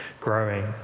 growing